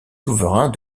souverains